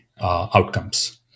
outcomes